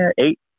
eight